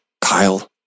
Kyle